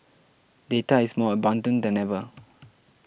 data is more abundant than ever